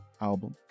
album